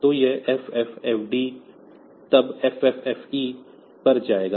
तो यह FFFD तब FFFE पर जाएगा